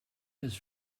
his